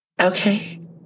Okay